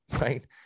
right